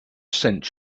sent